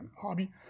hobby